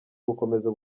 gukomeza